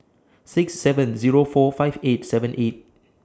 six seven Zero four five eight seven eight